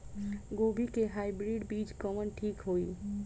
गोभी के हाईब्रिड बीज कवन ठीक होई?